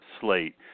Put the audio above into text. slate